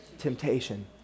temptation